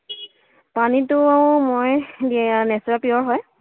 পানীটো মই হয়